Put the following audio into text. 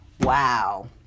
Wow